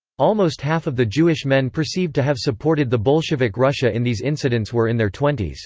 almost half of the jewish men perceived to have supported the bolshevik russia in these incidents were in their twenty s.